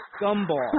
gumball